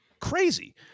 crazy